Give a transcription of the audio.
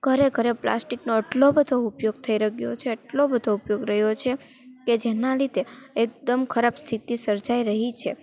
ઘરે ઘરે પ્લાસ્ટિકનો એટલો બધો ઉપયોગ થઈ રહ્યો છે એટલો બધો ઉપયોગ રહ્યો છે કે જેનાં લીધે એકદમ ખરાબ સ્થિતિ સર્જાય રહી છે